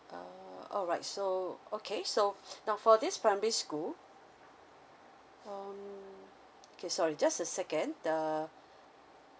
uh alright so okay so now for this primary school um okay sorry just a second the